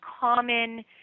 common